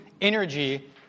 energy